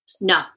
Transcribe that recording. No